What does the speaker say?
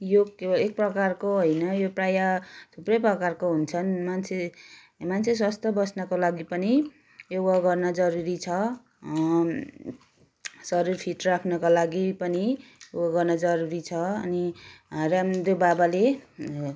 योग केवल एक प्रकारको होइन यो प्रायः थुप्रै प्रकारको हुन्छन् मान्छे मान्छे स्वस्थ्य बस्नको लागि पनि योगा गर्न जरूरी छ शरीर फिट राख्नका लागि पनि यो गर्न जरुरी छ अनि रामदेव बाबाले